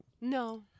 No